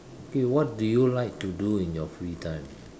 okay what do you like to do in your free time